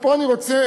פה אני רוצה